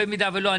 במידה ולא,